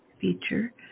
feature